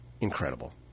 incredible